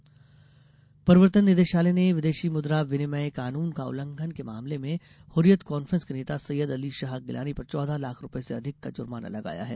प्रवर्तन निदेशालय कार्यवाही प्रवर्तन निदेशालय ने विदेशी मुद्रा विनिमय कानून का उल्लंघन के मामले में हर्रियत कांन्फ्रेंस के नेता सैयद अली शाह गिलानी पर चौदह लाख रूपये से अधिक का जुर्माना लगाया है